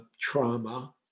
trauma